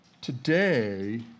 Today